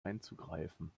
einzugreifen